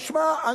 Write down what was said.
תשמע,